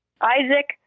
Isaac